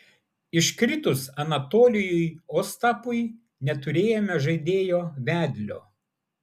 iškritus anatolijui ostapui neturėjome žaidėjo vedlio